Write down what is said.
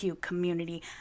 community